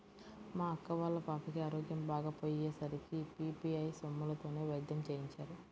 మా అక్క వాళ్ళ పాపకి ఆరోగ్యం బాగోకపొయ్యే సరికి పీ.పీ.ఐ సొమ్ములతోనే వైద్యం చేయించారు